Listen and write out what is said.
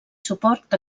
suport